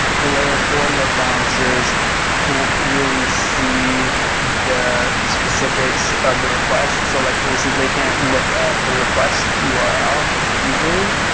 the layer four load balancers can't really see the specifics of the requests. so like for instance, they can't look at the request url easily.